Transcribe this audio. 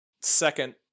second